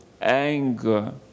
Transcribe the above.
anger